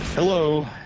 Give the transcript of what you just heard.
Hello